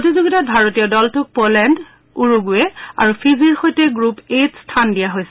প্ৰতিযোগিতাত ভাৰতীয় দলটোক পলেণ্ড উৰুণ্ডৱে আৰু ফিজিৰ সৈতে গ্ৰুপ এত স্থান দিয়া হৈছে